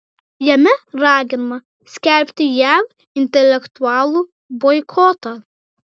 jame raginama skelbti jav intelektualų boikotą